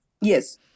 Yes